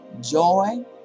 joy